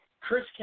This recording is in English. Chris